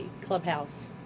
clubhouse